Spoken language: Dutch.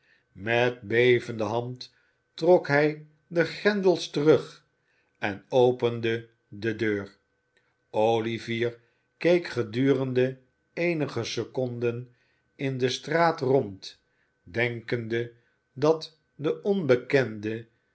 met bevende hand trok hij de grendels terug en opende de deur olivier keek gedurende eenige seconden in de straat rond denkende dat de onbekende